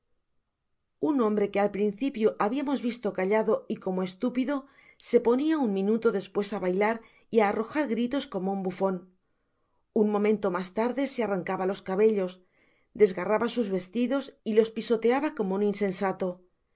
un hombre que al principio habiamos visto callado y como e stúpido se ponia un minuto despues á bailar y á arrojar gritos como un bufon un momento mas tarde se arrancaba los cabellos desgarraba sus vestidos y los pisoteaba como un insensato